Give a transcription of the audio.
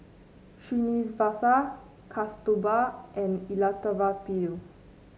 Srinivasa Kasturba and Elattuvalapil